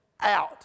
out